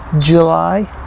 July